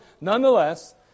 nonetheless